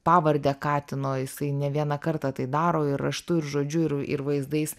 pavarde katino jisai ne vieną kartą tai daro ir raštu ir žodžiu ir ir vaizdais